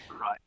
Right